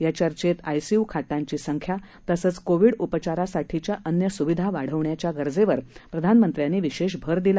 या चर्चेत आयसीयू खाटांची संख्या तसंच कोविड उपचारांसाठीच्या अन्य सुविधा वाढविण्याच्या गरजेवर प्रधानमंत्र्यांनी विशेष भर दिला